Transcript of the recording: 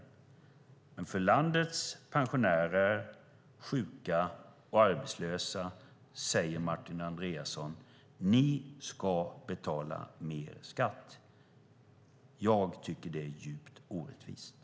Till landets pensionärer, sjuka och arbetslösa säger Martin Andreasson: Ni ska betala mer skatt. Jag tycker att det är djupt orättvist.